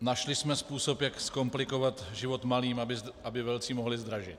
našli jsme způsob, jak zkomplikovat život malým, aby velcí mohli zdražit.